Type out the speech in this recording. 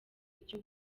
ibyo